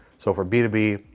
so for b two b,